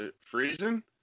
freezing